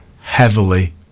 heavily